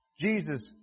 Jesus